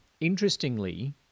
Interestingly